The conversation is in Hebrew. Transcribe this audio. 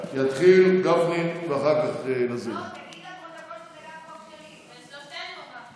הצעת החוק עברה בקריאה טרומית, ותעבור לוועדת